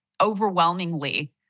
overwhelmingly